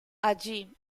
allí